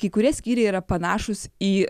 kai kurie skyriai yra panašūs į